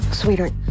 Sweetheart